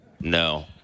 No